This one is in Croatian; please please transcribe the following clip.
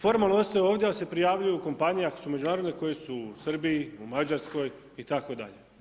Formalno ostaju ovdje ali se prijavljuju kompanije ako su međunarodno koje su u Srbiji, u Mađarskoj itd.